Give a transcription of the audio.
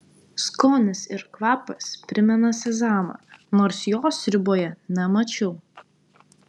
skonis ir kvapas primena sezamą nors jo sriuboje nemačiau